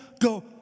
go